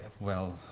well,